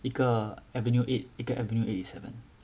一个 avenue eight 一个 avenue eighty seven